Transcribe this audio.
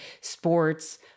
sports